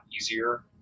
easier